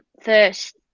first